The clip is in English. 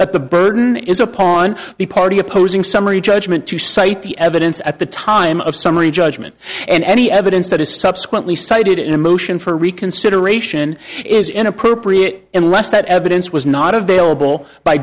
that the burden is upon the party opposing summary judgment to cite the evidence at the time of summary judgment and any evidence that is subsequently cited in a motion for reconsideration is inappropriate and less that evidence was not available by